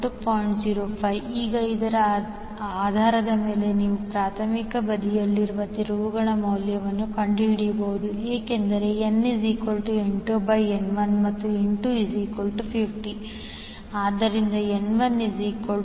05 ಈಗ ಇದರ ಆಧಾರದ ಮೇಲೆ ನೀವು ಪ್ರಾಥಮಿಕ ಬದಿಯಲ್ಲಿರುವ ತಿರುವುಗಳ ಮೌಲ್ಯವನ್ನು ಕಂಡುಹಿಡಿಯಬಹುದು ಏಕೆಂದರೆ nN2N1 ಮತ್ತು N250 ಆದ್ದರಿಂದ N1500